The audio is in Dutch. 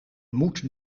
moet